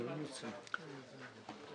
הוא אבסורדי.